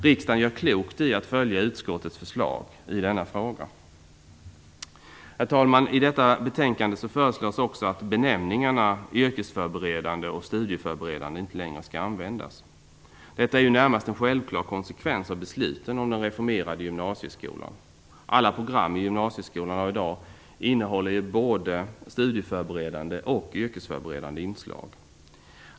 Riksdagen gör klokt i att följa utskottets förslag i denna fråga. Herr talman! I detta betänkande föreslås också att benämningarna yrkesförberedande och studieförberedande inte längre skall användas. Detta är ju närmast en självklar konsekvens av besluten om den reformerade gymnasieskolan. Alla program i gymnasieskolan av i dag innehåller både yrkesförberedande och studieföreberedande inslag.